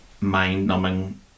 mind-numbing